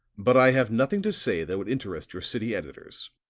but i have nothing to say that would interest your city editors,